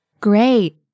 Great